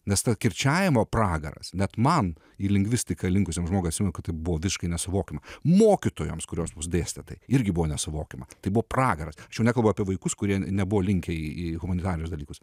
nes tas kirčiavimo pragaras net man į lingvistiką linkusiam žmogui atsimenu kad tai buvo visiškai nesuvokiama mokytojoms kurios mūsų dėstė tai irgi buvo nesuvokiama tai buvo pragaras aš jau nekalbu apie vaikus kurie nebuvo linkę į humanitarinius dalykus